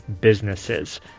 businesses